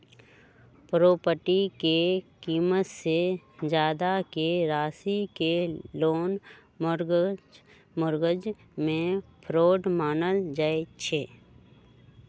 property के कीमत से जादा के राशि के लोन मोर्गज में फरौड मानल जाई छई